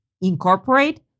incorporate